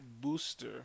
booster